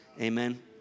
amen